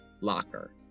Locker